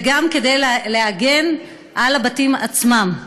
וגם כדי להגן על הבתים עצמם.